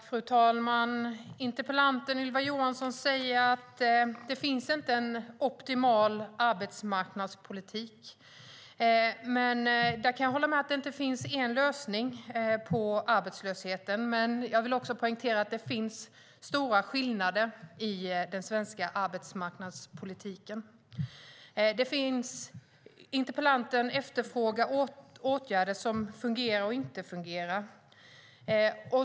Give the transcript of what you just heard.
Fru talman! Interpellanten Ylva Johansson säger att det inte finns en optimal arbetsmarknadspolitik. Jag kan hålla med om att det inte finns en lösning på arbetslösheten. Men jag vill också poängtera att det finns stora skillnader i den svenska arbetsmarknadspolitiken. Interpellanten efterfrågar åtgärder som fungerar och som inte fungerar.